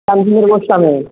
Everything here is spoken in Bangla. শ্যামসুন্দর গোস্বামী